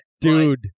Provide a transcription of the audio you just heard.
Dude